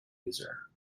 user